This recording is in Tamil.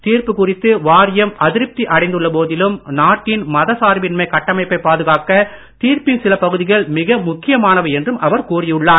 தீர்ப்பு குறித்து வாரியம் அதிருப்தி அடைந்துள்ள போதிலும் நாட்டின் மத சார்பின்மை கட்டமைப்பை பாதுகாக்க தீர்ப்பின் சில பகுதிகள் மிக முக்கியமானவை என்றும் அவர் கூறியுள்ளார்